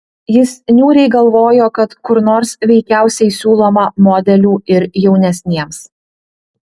jis niūriai galvojo kad kur nors veikiausiai siūloma modelių ir jaunesniems